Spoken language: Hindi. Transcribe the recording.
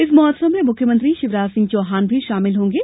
इस महोत्सव में मुख्यमंत्री शिवराज सिंह चौहान भी शामिल होंगे